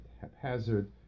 haphazard